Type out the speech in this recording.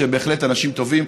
שהם בהחלט אנשים טובים.